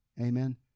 Amen